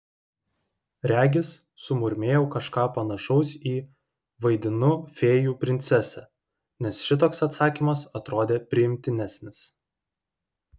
regis sumurmėjau kažką panašaus į vaidinu fėjų princesę nes šitoks atsakymas atrodė priimtinesnis